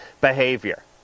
behavior